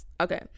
okay